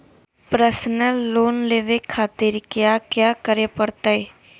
Personal loan लेवे खातिर कया क्या करे पड़तइ?